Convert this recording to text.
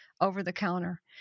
over-the-counter